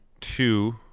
two